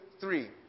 three